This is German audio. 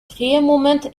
drehmoment